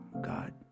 God